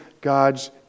God's